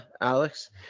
alex